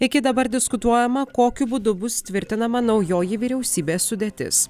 iki dabar diskutuojama kokiu būdu bus tvirtinama naujoji vyriausybės sudėtis